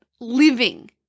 living